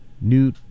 new